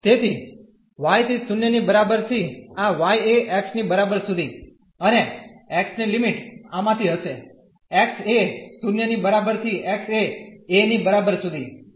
તેથી y થી 0 ની બરાબર થી આ y એ x ની બરાબર સુધી અને x ની લિમિટ આમાંથી હશે x એ 0 ની બરાબર થી x એ a ની બરાબર સુધી આ છે